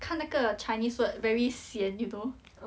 看那个 chinese word very sian you know